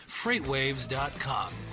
FreightWaves.com